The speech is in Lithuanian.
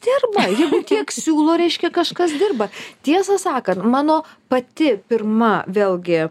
dirba jeigu tiek siūlo reiškia kažkas dirba tiesą sakant mano pati pirma vėlgi